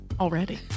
already